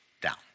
down